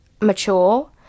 mature